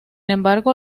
embargo